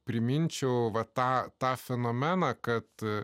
priminčiau va tą tą fenomeną kad